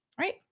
right